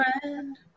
friend